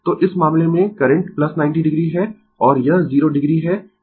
तो इस मामले में करंट 90 o है और यह 0o है